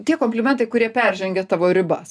tie komplimentai kurie peržengia tavo ribas